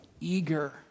eager